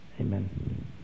Amen